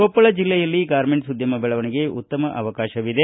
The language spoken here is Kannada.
ಕೊಪ್ಪಳ ಜಿಲ್ಲೆಯಲ್ಲಿ ಗಾರ್ಮೆಂಟ್ಸ್ ಉದ್ಯಮ ಬೆಳವಣಿಗೆಗೆ ಉತ್ತಮ ಅವಕಾಶವಿದೆ